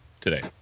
today